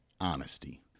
honesty